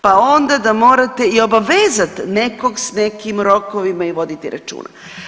Pa onda da morate i obavezati nekog s nekim rokovima i voditi računa.